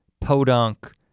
podunk